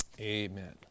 Amen